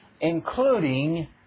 including